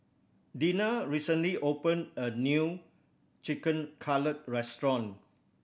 Dina recently opened a new Chicken Cutlet Restaurant